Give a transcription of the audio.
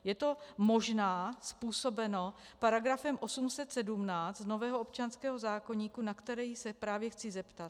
Je to možná způsobeno § 817 nového občanského zákoníku, na který se právě chci zeptat.